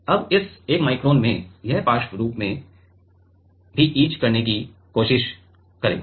अब इस 1 माइक्रोन में यह पार्श्व रूप से भी इच करने की की कोशिश करेगा